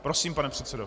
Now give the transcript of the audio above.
Prosím, pane předsedo.